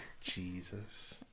Jesus